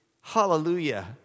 Hallelujah